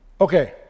Okay